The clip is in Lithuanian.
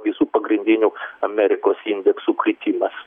visų pagrindinių amerikos indeksų kritimas